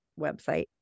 website